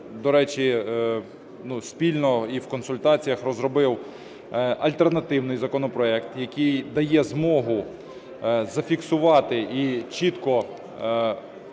до речі, спільно і в консультаціях розробив альтернативний законопроект, який дає змогу зафіксувати і чітко визначити,